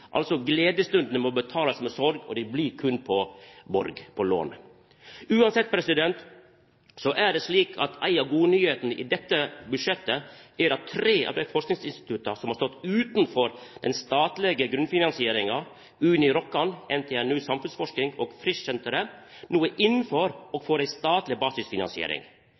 Altså: Gledesstundene må betales med sorg, og dei blir berre gjevne på borg, som lån. Uansett er det slik at ei av godnyheitene i dette budsjettet er at tre av dei forskingsinstitutta som har stått utanfor den statlege grunnfinansieringa, Uni Rokkansenteret, NTNU Samfunnsforskning og Frischsenteret, no er innanfor og får ei statleg basisfinansiering.